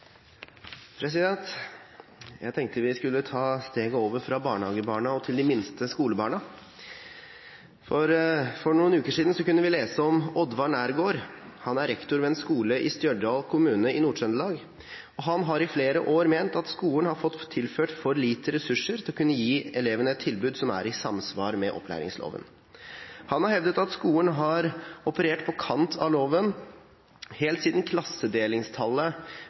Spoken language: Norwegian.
barnehagebarna til de minste skolebarna. For noen uker siden kunne vi lese om Oddvar Nergård. Han er rektor ved en skole i Stjørdal kommune i Nord-Trøndelag. Han har i flere år ment at skolen har fått tilført for lite ressurser til å kunne gi elevene et tilbud som er i samsvar med opplæringsloven. Han har hevdet at skolen har operert på kant av loven helt siden klassedelingstallet